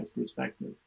perspective